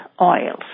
oils